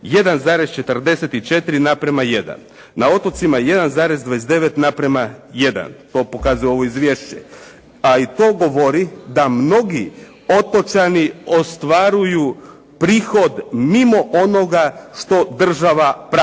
1,44:1, na otocima 1,29:1 to pokazuje ovo izvješće, a i to govori da mnogi otočani ostvaruju prihod mimo onoga što država prati.